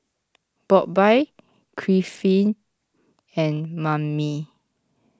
Bobbye Griffith and Mammie